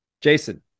Jason